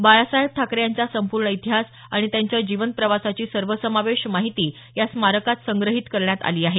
बाळासाहेब ठाकरे यांचा संपूर्ण इतिहास आणि त्यांच्या जीवनप्रवासाची सर्वसमावेश माहिती या स्मारकात संग्रही करण्यात आली आहे